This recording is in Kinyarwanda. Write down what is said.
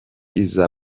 iza